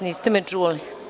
Niste me čuli.